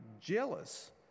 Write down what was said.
jealous